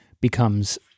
becomes